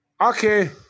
Okay